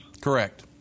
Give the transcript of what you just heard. Correct